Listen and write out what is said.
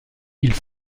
ils